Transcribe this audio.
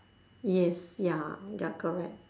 yes ya you're correct